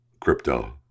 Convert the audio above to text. Crypto